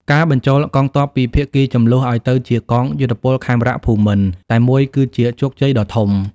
ការបញ្ចូលកងទ័ពពីភាគីជម្លោះឱ្យទៅជា "កងយោធពលខេមរភូមិន្ទ" តែមួយ គឺជាជោគជ័យដ៏ធំ។